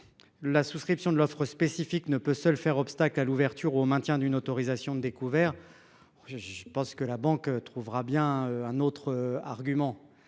La souscription de l'offre spécifique ne peut seul faire obstacle à l'ouverture au maintien d'une autorisation de découvert. Je pense que la banque trouvera bien un autre argument.